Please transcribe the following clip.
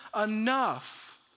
enough